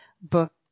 book